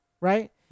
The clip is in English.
right